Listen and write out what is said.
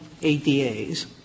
ADAs